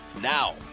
Now